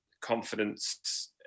confidence